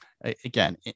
Again